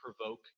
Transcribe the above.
provoke